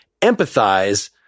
empathize